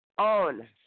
own